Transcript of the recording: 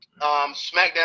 SmackDown